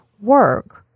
work